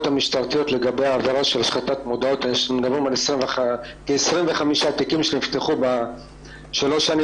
המשטרתיות מדברים על כ-25 תיקים שנפתחו בשלוש השנים